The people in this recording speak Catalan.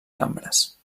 cambres